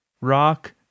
rock